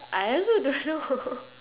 I also don't know